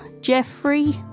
Jeffrey